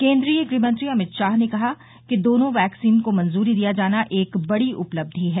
केन्द्रीय गृह मंत्री अमित शाह ने कहा है कि दोनों वैक्सीन को मंजूरी दिया जाना एक बड़ी उपलब्धि है